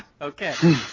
Okay